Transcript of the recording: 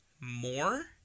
more